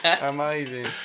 amazing